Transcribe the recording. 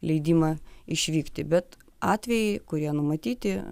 leidimą išvykti bet atvejai kurie numatyti